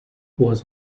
was